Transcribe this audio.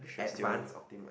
advance ultimately